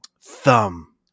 thumb